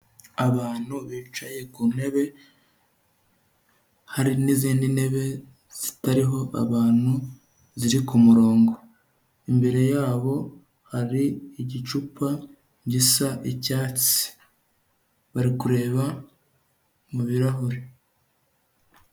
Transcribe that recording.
Abantu bicaye ku ntebe, hari n'zindi ntebe zitariho abantu ziri ku murongo, imbere yabo hari igicupa gisa icyatsi bari kureba mu birarahure.